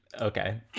Okay